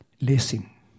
listen